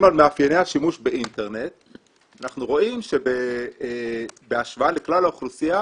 על מאפייני השימוש באינטרנט אנחנו רואים שבהשוואה לכלל האוכלוסייה